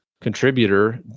contributor